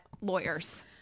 lawyers